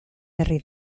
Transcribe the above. berri